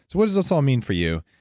what does this all mean for you?